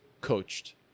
coached